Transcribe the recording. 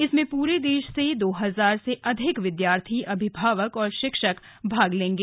इसमें पूरे देश से दो हजार से अधिक विद्यार्थी अभिभावक और शिक्षक भाग लेंगे